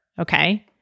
okay